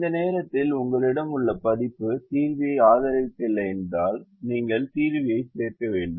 இந்த நேரத்தில் உங்களிடம் உள்ள பதிப்பு தீர்வியை ஆதரிக்கவில்லை என்றால் நீங்கள் தீர்வியை சேர்க்க வேண்டும்